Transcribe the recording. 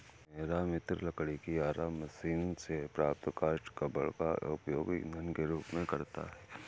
मेरा मित्र लकड़ी की आरा मशीन से प्राप्त काष्ठ कबाड़ का उपयोग ईंधन के रूप में करता है